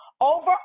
over